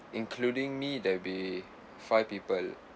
including me there'll be five people